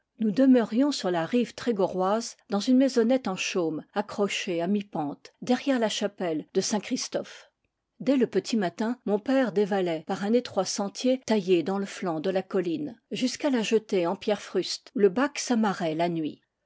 nous demeurions sur la rive trégorroise dans une maisonnette en chaume accro chée à mi pente derrière la chapelle de saint christophe dès le petit matin mon père dévalait par un étroit sen tier taillé dans le flanc de la colline jusqu'à la jetée en pierres frustes où le bac s'amarrait la nuit